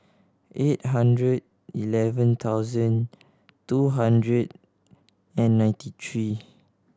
eight hundred eleven thousand two hundred and ninety three